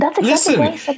Listen